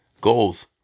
goals